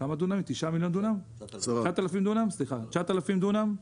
9,000 דונם,